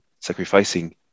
sacrificing